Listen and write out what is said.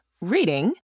reading